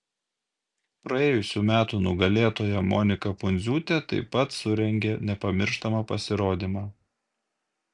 praėjusių metų nugalėtoja monika pundziūtė taip pat surengė nepamirštamą pasirodymą